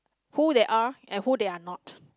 who they are and who they are not